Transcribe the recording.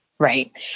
Right